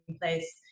place